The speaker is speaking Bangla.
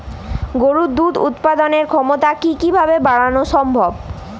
গরুর দুধ উৎপাদনের ক্ষমতা কি কি ভাবে বাড়ানো সম্ভব?